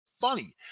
Funny